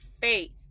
faith